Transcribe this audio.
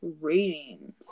ratings